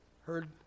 heard